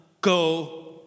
go